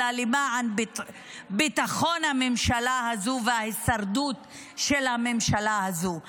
אלא למען ביטחון הממשלה הזו וההישרדות של הממשלה הזו.